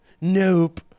Nope